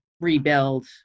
rebuild